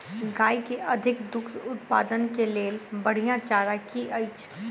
गाय केँ अधिक दुग्ध उत्पादन केँ लेल बढ़िया चारा की अछि?